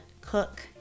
cook